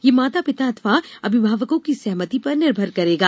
यह माता पिता अथवा अभिभावकों की सहमति पर निर्भर करेगा